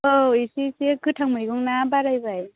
औ एसे एसे गोथां मैगं ना बारायबाय